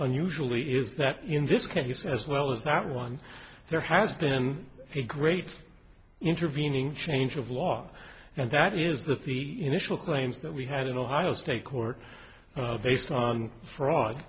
unusually is that in this case as well as that one there has been a great intervening change of law and that is that the initial claims that we had in ohio state court based on fraud